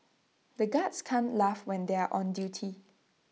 the guards can't laugh when they are on duty